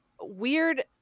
weird